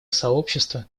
сообщество